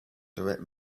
direct